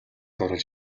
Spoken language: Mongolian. оруулж